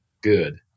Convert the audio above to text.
good